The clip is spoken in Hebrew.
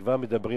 כבר מדברים,